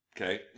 Okay